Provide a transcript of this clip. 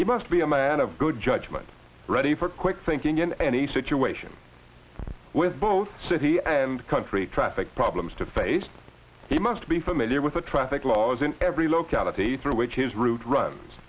he must be a man of good judgement ready for quick thinking in any situation with both city and country traffic problems to face he must be familiar with the traffic laws in every locality through which his route runs